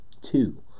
two